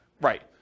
Right